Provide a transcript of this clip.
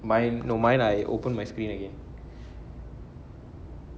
mine no mine I open my screen again